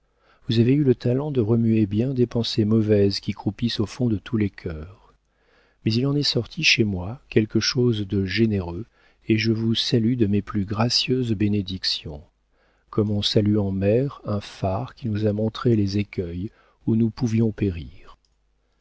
vous avez eu le talent de remuer bien des pensées mauvaises qui croupissent au fond de tous les cœurs mais il en est sorti chez moi quelque chose de généreux et je vous salue de mes plus gracieuses bénédictions comme on salue en mer un phare qui nous a montré les écueils où nous pouvions périr